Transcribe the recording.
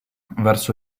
verso